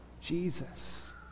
Jesus